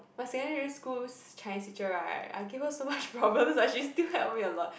my secondary school Chinese teacher right I give her so much problems but she still help me a lot